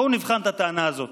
בואו נבחן את הטענה הזאת.